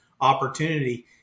opportunity